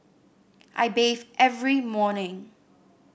I bathe every morning